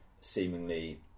seemingly